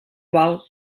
val